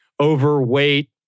overweight